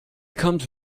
comes